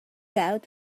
out